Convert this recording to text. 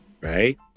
right